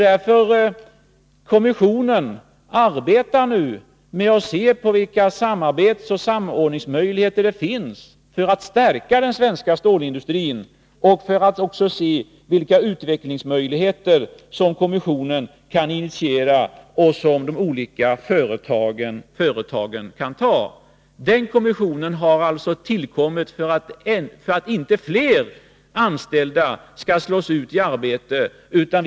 Därför arbetar nu kommissionen med att se vilka samarbetsoch samordningsmöjligheter som finns för att stärka den svenska stålindustrin — och också med att se vilka utvecklingsmöjligheter som kommissionen kan initiera och som de olika företagen kan ta fasta på. Kommissionen har alltså tillkommit för att inte fler anställda skall slås ut i arbetslöshet.